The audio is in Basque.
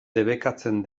debekatzen